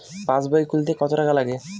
পাশবই খুলতে কতো টাকা লাগে?